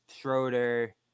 Schroeder